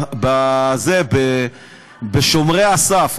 בשומרי הסף.